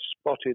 spotted